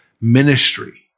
ministry